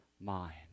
mind